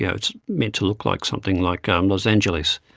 you know it's meant to look like something like um los angeles.